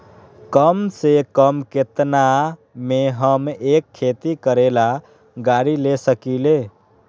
कम से कम केतना में हम एक खेती करेला गाड़ी ले सकींले?